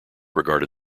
regarded